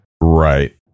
Right